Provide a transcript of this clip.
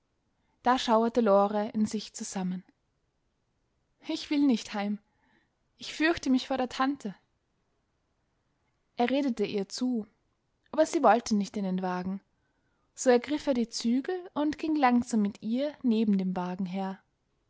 da schauerte lore in sich zusammen ich will nicht heim ich fürchte mich vor der tante er redete ihr zu aber sie wollte nicht in den wagen so ergriff er die zügel und ging langsam mit ihr neben dem wagen her